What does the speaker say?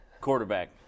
quarterback